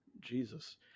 Jesus